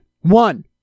One